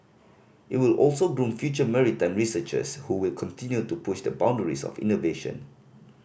it will also groom future maritime researchers who will continue to push the boundaries of innovation